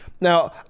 now